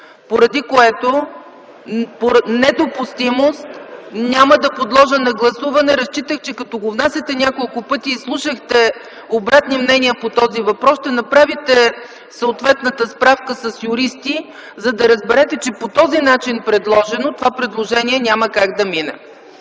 Поради недопустимост няма да го подложа на гласуване. Разчитах, че като го внасяхте няколко пъти и слушахте обратни мнения по този въпрос, ще направите съответната справка с юристи, за да разберете, че по този начин предложено, това предложение няма как да мине.